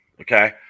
okay